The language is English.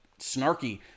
snarky